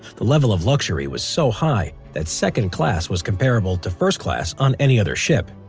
the level of luxury was so high that second class was comparable to first class on any other ship.